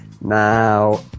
Now